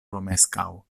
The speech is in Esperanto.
romeskaŭ